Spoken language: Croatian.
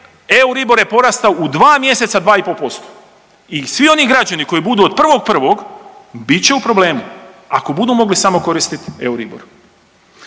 Euribor je porastao u dva mjeseca 2,5%. I svi oni građani koji budu od 1.1. bit će u problemu ako budu mogli samo koristiti Euribor.